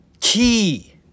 key